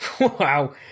Wow